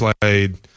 played